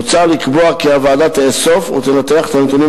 מוצע לקבוע כי הוועדה תאסוף ותנתח את הנתונים